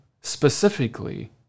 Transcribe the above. specifically